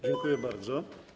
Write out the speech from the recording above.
Dziękuję bardzo.